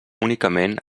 únicament